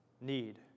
need